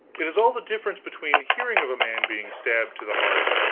it is all the difference between hearing of a man being stabbed to the heart,